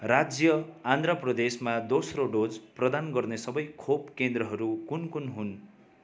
राज्य आन्ध्र प्रदेशमा दोस्रो डोज प्रदान गर्ने सबै खोप केन्द्रहरू कुन कुन हुन्